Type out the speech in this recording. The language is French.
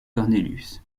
cornelius